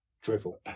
drivel